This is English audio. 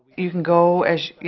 you can go as, you